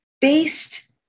Based